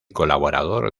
colaborador